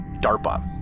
DARPA